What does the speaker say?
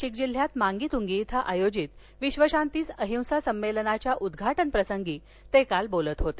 नाशिक जिल्ह्यात मांगीतंगी इथं आयोजित विक्षशांती अहिंसा संमेलनाच्या उद्घाटनप्रसंगी ते काल बोलत होते